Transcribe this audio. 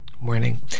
morning